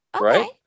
Right